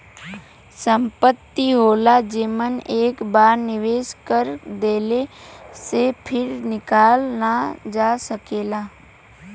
संपत्ति होला जेमन एक बार निवेस कर देले से फिर निकालल ना जा सकेला